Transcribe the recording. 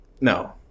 no